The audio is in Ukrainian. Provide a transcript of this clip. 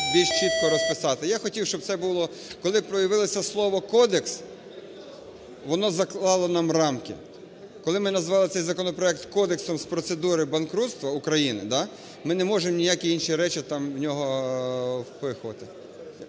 Я хотів, щоб це було, коли появилось слово кодекс, воно заклало нам рамки. Коли ми назвали цей законопроект Кодексом з процедури банкрутства України, да, ми не можемо ніякі інші речі там в нього впихувати.